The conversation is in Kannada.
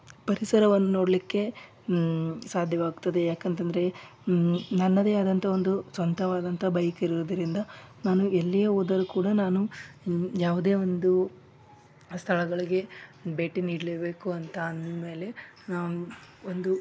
ಪರಿಸರವನ್ನು ನೋಡಲಿಕ್ಕೆ ಸಾಧ್ಯವಾಗ್ತದೆ ಯಾಕಂತಂದರೆ ನನ್ನದೇ ಆದಂಥ ಒಂದು ಸ್ವಂತವಾದಂಥ ಬೈಕ್ ಇರೋದ್ರಿಂದ ನಾನು ಎಲ್ಲಿಯೇ ಹೋದರೂ ಕೂಡ ನಾನು ಯಾವುದೇ ಒಂದು ಸ್ಥಳಗಳಿಗೆ ಭೇಟಿ ನೀಡಲೇಬೇಕು ಅಂತ ಅಂದ ಮೇಲೆ ನಾನು ಒಂದು